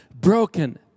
broken